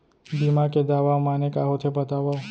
बीमा के दावा माने का होथे बतावव?